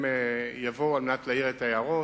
הם יבואו על מנת להעיר את ההערות,